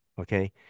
Okay